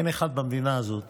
אין אחד במדינה הזאת